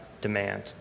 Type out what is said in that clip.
demand